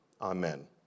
Amen